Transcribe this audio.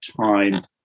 time